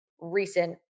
recent